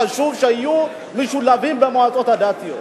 חשוב שיהיו משולבים במועצות הדתיות,